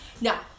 Now